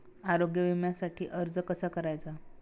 आरोग्य विम्यासाठी कसा अर्ज करायचा?